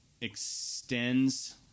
extends